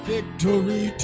Victory